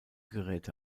geräte